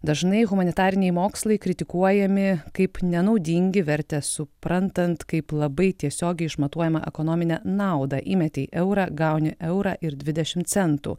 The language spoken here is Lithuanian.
dažnai humanitariniai mokslai kritikuojami kaip nenaudingi vertę suprantant kaip labai tiesiogiai išmatuojamą ekonominę naudą įmetei eurą gauni eurą ir dvidešim centų